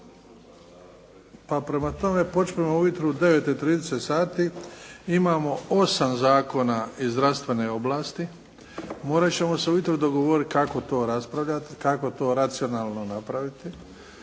pa prema tome počinjemo u jutro u 9,30 sati. Imamo 8 zakona iz zdravstvene oblasti. Morat ćemo se u jutro dogovoriti kako to raspravljati, kako to racionalno napraviti.